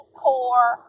core